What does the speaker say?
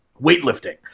weightlifting